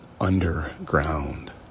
underground